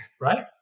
right